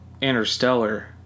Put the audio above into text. Interstellar